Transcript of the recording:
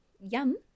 Yum